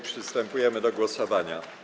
Przystępujemy do głosowania.